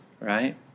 right